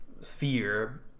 sphere